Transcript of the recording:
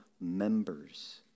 members